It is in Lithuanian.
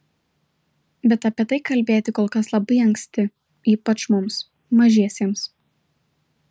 bet apie tai kalbėti kol kas labai anksti ypač mums mažiesiems